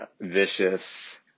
vicious